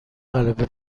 غلبه